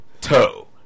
toe